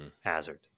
hazard